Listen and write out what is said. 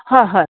হয় হয়